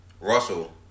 Russell